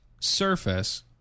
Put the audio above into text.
surface